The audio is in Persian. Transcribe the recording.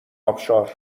آبشار